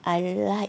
I like